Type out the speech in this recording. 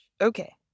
okay